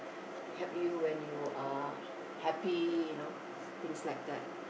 help you when you are happy you know things like that